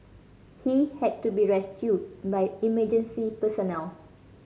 he had to be rescued by emergency personnel